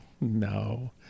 no